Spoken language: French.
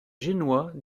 génois